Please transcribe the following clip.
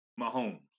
Mahomes